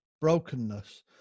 brokenness